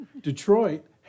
Detroit